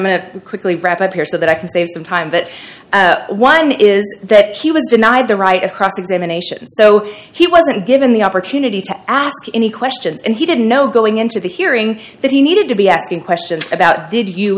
to quickly wrap up here so that i can save some time but one is that he was denied the right of cross examination so he wasn't given the opportunity to ask any questions and he didn't know going into the hearing that he needed to be asked question about did you